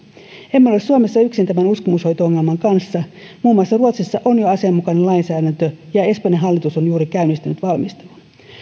palveluissa emme ole suomessa yksin tämän uskomushoito ongelman kanssa muun muassa ruotsissa on jo asianmukainen lainsäädäntö ja espanjan hallitus on juuri käynnistänyt valmistelun